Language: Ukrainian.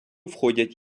входять